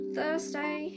Thursday